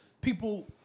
people